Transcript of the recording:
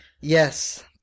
Yes